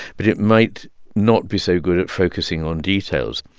but it might not be so good at focusing on details.